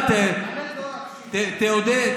האמת, אתה יודע מה, תעודד.